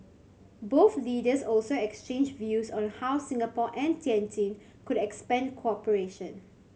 both leaders also exchanged views on how Singapore and Tianjin could expand cooperation